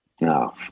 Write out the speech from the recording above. No